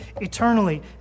eternally